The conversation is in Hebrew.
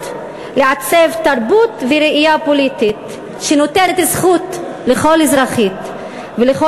לעצב תרבות וראייה פוליטית שנותנת זכות לכל אזרחית ולכל